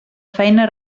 feina